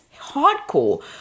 hardcore